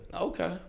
Okay